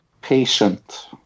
patient